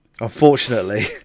Unfortunately